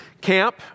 camp